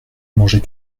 manger